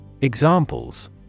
Examples